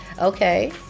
Okay